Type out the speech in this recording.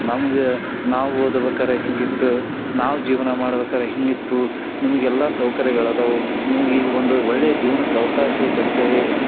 ನಮಗೆ ನಾವು ಓದ್ಬೇಕಾದ್ರೆ ಹಿಂಗಿತ್ತು ನಾವು ಜೀವನ ಮಾಡ್ಬೇಕಾದ್ರೆ ಹೀಗಿತ್ತು ನಿಮ್ಗೆಲ್ಲ ಸೌಕರ್ಯಗಳದಾವು ನಿಮ್ಗೆ ಈಗ ಒಂದು ಒಳ್ಳೇ ಜೀವ್ನಕ್ಕೆ ಅವ್ಕಾಶ ಆಯ್ತಂಥೇಳಿ